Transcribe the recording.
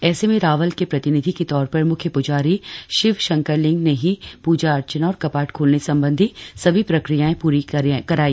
ऐसे में रावल के प्रतिनिधि के तौर पर मुख्य पुजारी शिव शंकर लिंग ने ही पूजा अर्चना और कपाट खोलने संबंधी सभी प्रक्रियाएं पूरी कराई